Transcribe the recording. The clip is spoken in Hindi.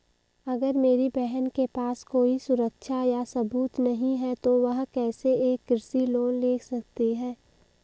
अगर मेरी बहन के पास कोई सुरक्षा या सबूत नहीं है, तो वह कैसे एक कृषि लोन ले सकती है?